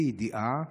לידיעה,